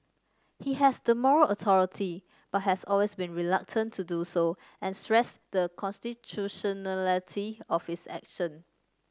he has the moral authority but has always been reluctant to do so and stressed the constitutionality of his action